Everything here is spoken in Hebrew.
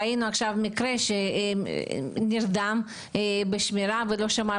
ראינו עכשיו מקרה שנרדם בשמירה ולא שמר